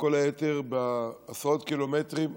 וכל היתר בעשרות קילומטרים,